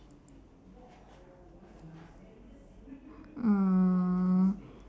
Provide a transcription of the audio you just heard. mm